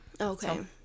okay